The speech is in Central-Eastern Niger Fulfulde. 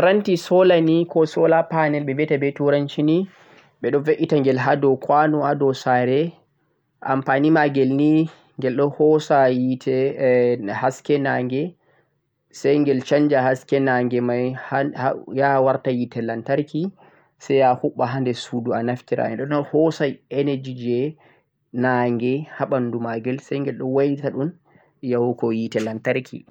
paranti solar ni ko solar panel beh viyata beh turanci beh do ve'ita ghel hado kwano hado saare amma fami maghel ni ghel do hosa haske nange sai ghel chanja haske nange mai yaha warta yite lantarki sai yaha hubba ha der sudu a naftira den do hosa energy jeh nange ha bandu maghel sai ghel do wailata dhum yahugo yite lantarki